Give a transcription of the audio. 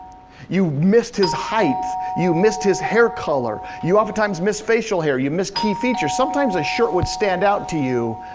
you missed his height, you missed his hair color, you oftentimes missed facial hair, you missed key features. sometimes a shirt would stand out to you,